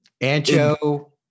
Ancho